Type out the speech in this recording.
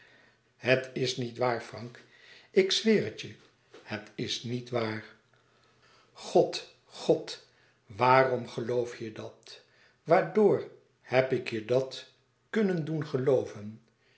het je het is niet waar god god waarom geloof je dat waardoor heb ik je dat kunnen doen gelooven